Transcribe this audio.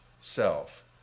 self